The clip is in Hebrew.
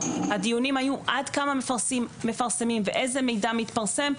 הדיונים היו עד כמה מפרסמים ואיזה מידע מתפרסם.